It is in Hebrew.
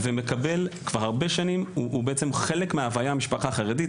וכבר הרבה שנים הוא בעצם חלק מהוויה של המשפחה החרדית.